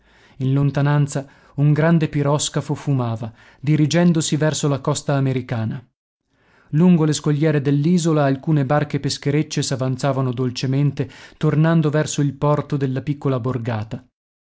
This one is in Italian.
in lontananza un grande piroscafo fumava dirigendosi verso la costa americana lungo le scogliere dell'isola alcune barche pescherecce s'avanzavano dolcemente tornando verso il porto della piccola borgata